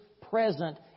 present